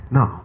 Now